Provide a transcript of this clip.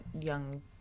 young